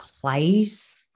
place